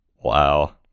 Wow